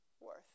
worth